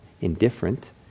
indifferent